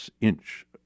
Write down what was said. inch